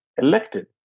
elected